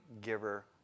giver